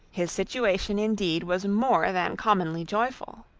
his situation indeed was more than commonly joyful.